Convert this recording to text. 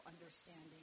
understanding